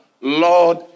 Lord